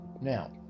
Now